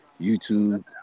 YouTube